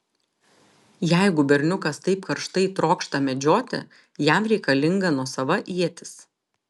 jeigu berniukas taip karštai trokšta medžioti jam reikalinga nuosava ietis